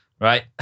Right